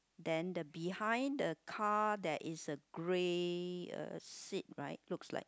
then the behind the car there is a grey uh seat right looks like